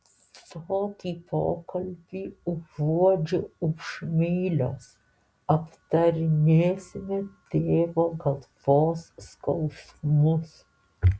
tokį pokalbį užuodžiu už mylios aptarinėsime tėvo galvos skausmus